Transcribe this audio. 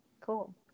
Cool